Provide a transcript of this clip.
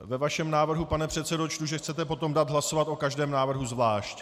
Ve vašem návrhu, pane předsedo, čtu, že chcete potom dát hlasovat o každém návrhu zvlášť.